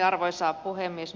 arvoisa puhemies